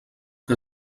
que